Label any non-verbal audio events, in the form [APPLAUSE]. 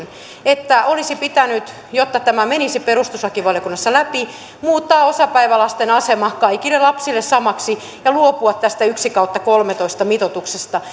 että jotta tämä menisi perustuslakivaliokunnassa läpi olisi pitänyt muuttaa osapäivälasten asema kaikille lapsille samaksi ja luopua tästä yksi kautta kolmetoista mitoituksesta [UNINTELLIGIBLE]